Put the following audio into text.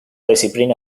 disciplina